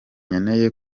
nkeneye